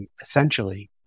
Essentially